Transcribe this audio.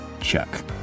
Chuck